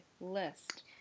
list